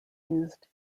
used